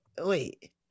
Wait